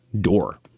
door